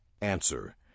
Answer